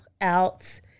out